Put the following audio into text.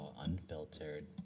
unfiltered